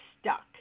stuck